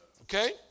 Okay